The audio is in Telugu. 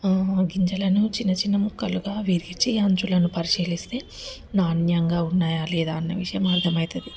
గింజలను చిన్న చిన్న ముక్కలుగా వీరిచి అంచులను పరిశీలిస్తే నాణ్యంగా ఉన్నాయా లేదా అన్న విషయం అర్థమైతుంది